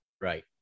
Right